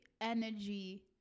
energy